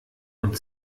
und